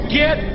get